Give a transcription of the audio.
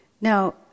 Now